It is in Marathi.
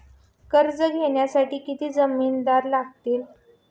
कर्ज घेण्यासाठी किती जामिनदार लागतील?